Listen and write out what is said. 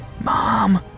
Mom